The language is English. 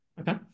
Okay